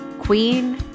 Queen